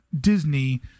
Disney